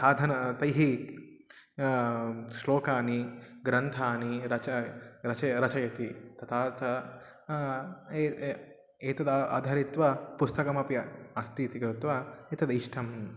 साधनं तैः श्लोकानि ग्रन्थानि रच रचय रचयति तथा च ए ए एतद् आधारित्वा पुस्तकमपि अस्ति इति कृत्वा एतद् इष्टम्